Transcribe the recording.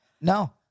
No